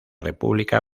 república